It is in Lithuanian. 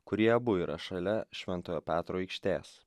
kurie abu yra šalia šventojo petro aikštės